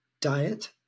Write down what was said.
diet